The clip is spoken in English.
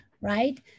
right